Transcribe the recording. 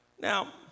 Now